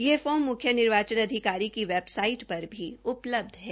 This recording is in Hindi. ये फार्म म्ख्य निर्वाचन अधिकारी की वैबसाइट पर भी उपलब्ध हैं